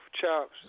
Chops